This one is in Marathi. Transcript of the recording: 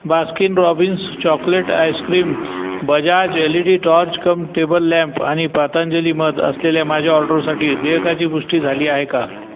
Baskin Robbins chocolate ice cream Bajaj L E D torch cum table lamp आणि पतंजली मध असलेल्या माझ्या ऑर्डरसाठी देयकाची पुष्टी झाली आहे का